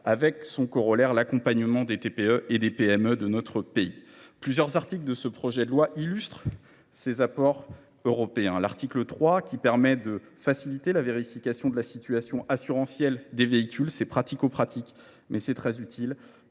ait pour corollaire l’accompagnement des TPE et des PME de notre pays. Plusieurs articles de ce projet de loi illustrent ces apports européens. Ainsi, l’article 3 vient faciliter la vérification de la situation assurantielle des véhicules ; c’est pratico pratique, mais aussi très utile